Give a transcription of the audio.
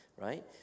right